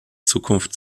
zukunft